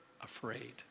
afraid